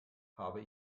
habe